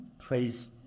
praise